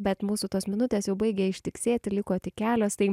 bet mūsų tos minutės jau baigia ištiksėti liko tik kelios tai